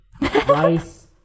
Rice